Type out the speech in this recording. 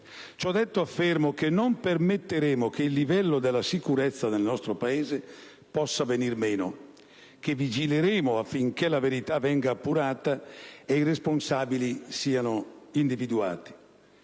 Ciò detto, affermo che non permetteremo che il livello della sicurezza nel nostro Paese possa venir meno, che vigileremo affinché la verità venga appurata e i responsabili siano individuati.